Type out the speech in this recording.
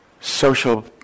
social